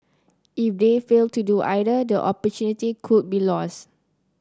if they fail to do either the opportunity could be lost